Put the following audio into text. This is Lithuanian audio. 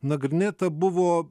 nagrinėta buvo